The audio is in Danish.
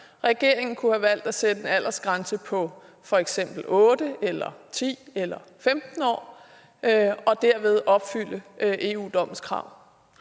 regeringen kunne have valgt at sætte en aldersgrænse på f.eks. 8 eller 10 eller 15 år og derved opfylde EU-dommens krav.